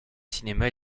cinéma